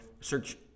search